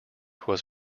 was